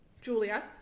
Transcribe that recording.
Julia